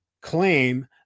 claim